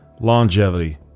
longevity